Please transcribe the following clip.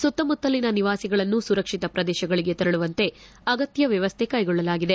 ಸುತ್ತಮುತ್ತಲಿನ ನಿವಾಸಿಗಳನ್ನು ಸುರಕ್ಷತ ಪ್ರದೇಶಗಳಿಗೆ ತೆರಳುವಂತೆ ಅಗತ್ಯ ವ್ಯವಸ್ಥೆ ಕೈಗೊಳ್ಳಲಾಗಿದೆ